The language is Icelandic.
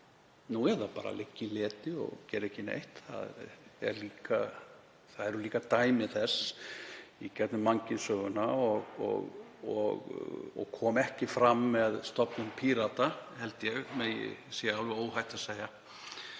nú eða bara að liggja í leti og gera ekki neitt. Það eru líka dæmi þess í gegnum mannkynssöguna og kom ekki fram með stofnun Pírata, held ég að mér sé alveg óhætt að segja.